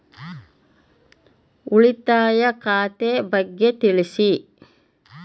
ಉಳಿತಾಯ ಖಾತೆ ಬಗ್ಗೆ ತಿಳಿಸಿ?